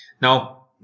Now